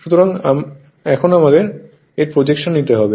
সুতরাং এখন আমাদের এর প্রজেকশন নিতে হবে